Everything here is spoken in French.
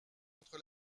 entre